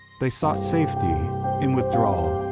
they sought safety in withdrawal,